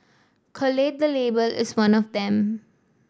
collate the Label is one of them